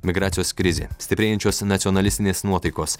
migracijos krizė stiprėjančios nacionalistinės nuotaikos